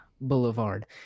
Boulevard